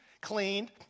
cleaned